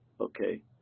okay